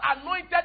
anointed